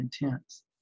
intense